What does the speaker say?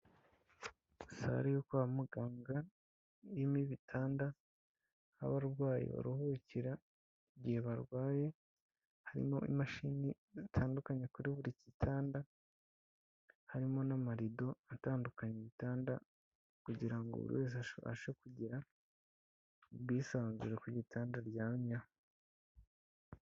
Sale yo kwa muganga irimo ibitanda aho abarwayi baruhukira igihe barwaye harimo imashini zitandukanye kuri buri gitanda harimo n'amarido atandukanye igitanda kugira ngo buri wese abashe kugira ubwisanzure ku gitanda aryamyeho.